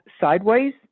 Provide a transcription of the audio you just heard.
sideways